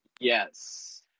yes